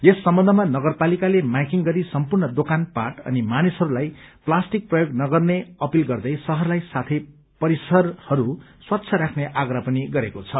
यस सम्बन्धमा नगरपालिकाले माइकिंग गरी सम्पूर्ण दोकानपाट अनि मानिसहरूलाई प्लास्टिक प्रयोग नगर्ने अपिल गर्दै शहरलाई साथै परिसरहरू स्वच्छ राख्ने आग्रह पनि गरेको छ